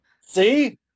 see